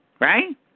right